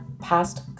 past